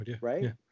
Right